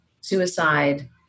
suicide